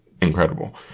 incredible